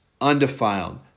undefiled